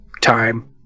time